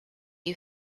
you